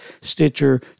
Stitcher